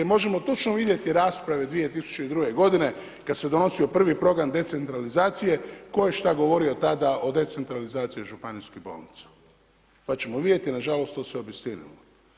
Možemo točno vidjeti rasprave 2002. godine kada se donosio prvi program decentralizacije tko je šta govorio tada o decentralizaciji županijskih bolnica, pa ćemo vidjeti, nažalost, to se obistinilo.